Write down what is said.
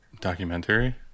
documentary